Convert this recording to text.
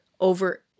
over